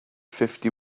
fifty